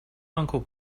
uncle